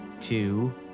Two